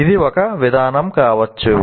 ఇది ఒక విధానం కావచ్చు